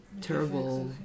terrible